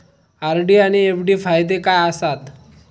RD आनि FD फायदे काय आसात?